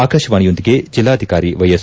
ಆಕಾಶವಾಣಿಯೊಂದಿಗೆ ಜೆಲ್ಲಾಧಿಕಾರಿ ವೈಎಸ್